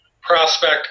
prospect